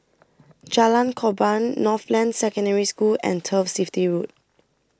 Jalan Korban Northland Secondary School and Turf City Road